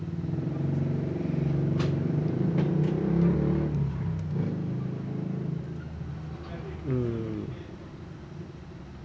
hmm